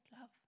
love